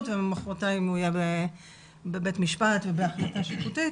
ומחרתיים הוא יהיה בבית משפט ובהחלטה שיפוטית